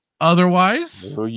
Otherwise